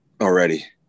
already